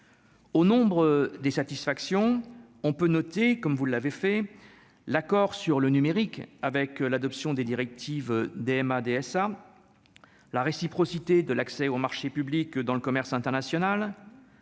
au nombre des satisfactions, on peut noter comme vous l'avez fait l'accord sur le numérique avec l'adoption des directives DMA DSA la réciprocité de l'accès aux marchés publics dans le commerce international,